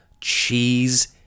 cheese